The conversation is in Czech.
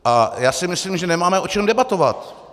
A já si myslím, že nemáme o čem debatovat.